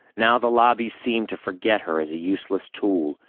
now the lobbies seemed to forget her as a useless tool.